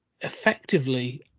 effectively